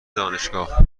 دانشگاه